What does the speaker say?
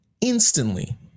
instantly